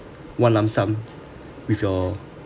one lump sum with your